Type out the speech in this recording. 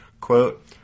quote